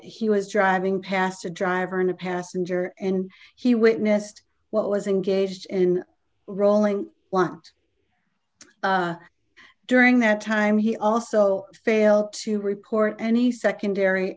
he was driving past a driver in a passenger and he witnessed what was engaged in rolling one during that time he also failed to report any secondary